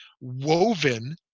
woven